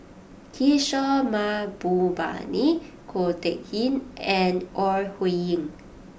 Kishore Mahbubani Ko Teck Kin and Ore Huiying